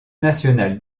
nationale